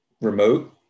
remote